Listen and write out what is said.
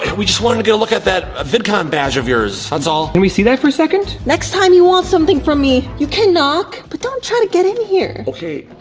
we just wanted to get a look at that vidcon badge of yours, that's all. can we see that for a second? next time you want something from me, you can knock, but don't try to get in here. okay.